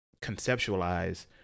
conceptualize